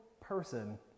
person